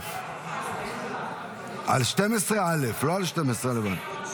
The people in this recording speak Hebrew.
א', לא על 12 לבד.